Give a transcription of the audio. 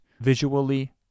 visually